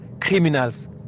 criminals